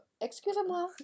excusez-moi